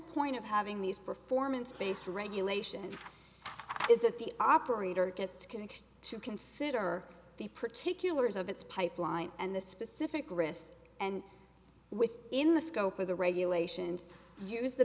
point of having these performance based regulation is that the operator gets can just to consider the particulars of its pipeline and the specific wrist and with in the scope of the regulations use the